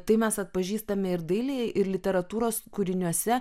tai mes atpažįstame ir dailėje ir literatūros kūriniuose